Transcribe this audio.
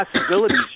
possibilities